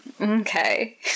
Okay